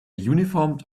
uniformed